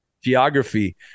geography